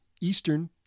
Eastern